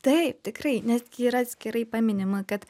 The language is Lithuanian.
taip tikrai netgi yra atskirai paminima kad